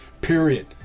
period